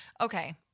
Okay